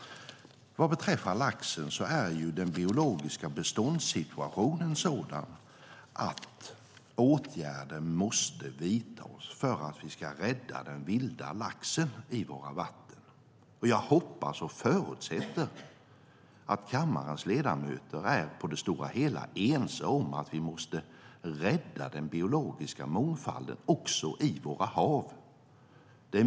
Vad beträffar laxen är den biologiska beståndssituationen sådan att åtgärder måste vidtas för att vi ska rädda den vilda laxen i våra vatten. Jag hoppas och förutsätter att kammarens ledamöter på det stora hela är ense om att vi måste rädda den biologiska mångfalden också i våra hav.